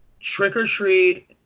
Trick-or-treat